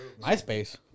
MySpace